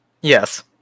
Yes